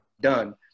done